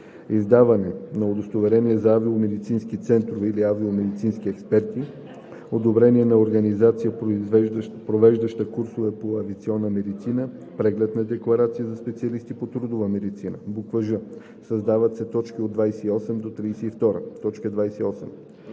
издаване на удостоверение за авиомедицински центрове или АМЕ, одобрение на организация, провеждаща курсове по авиационна медицина, преглед на декларация на специалисти по трудова медицина;“ ж) създават се т. 28 – 32: